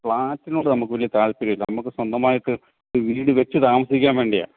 ഫ്ലാറ്റിനോട് നമുക്ക് വലിയ താല്പര്യം ഇല്ല നമുക്ക് സ്വന്തമായിട്ട് ഒരു വീട് വെച്ച് താമസിക്കാൻ വേണ്ടിയാ